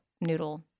noodle